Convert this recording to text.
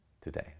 today